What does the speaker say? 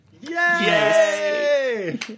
Yay